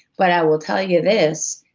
but i will tell you this,